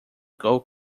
goal